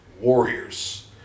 warriors